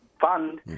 fund